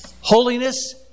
Holiness